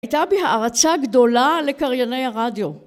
הייתה בי הערצה גדולה לקרייני הרדיו